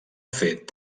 fet